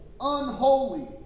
unholy